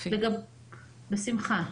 בשמחה.